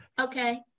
Okay